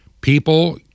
people